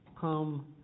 come